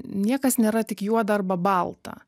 niekas nėra tik juoda arba balta